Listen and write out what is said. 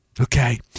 okay